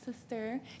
sister